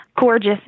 gorgeous